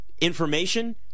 information